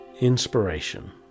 Inspiration